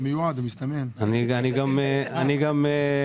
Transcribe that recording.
של המנכ"ל